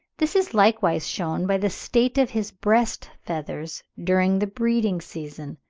this is likewise shewn by the state of his breast-feathers during the breeding-season.